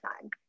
time